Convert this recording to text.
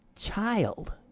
child